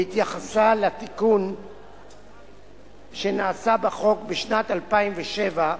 בהתייחסה לתיקון שנעשה בחוק בשנת 2007,